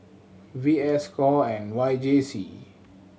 V S score and Y J C